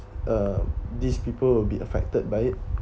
uh these people will be affected by it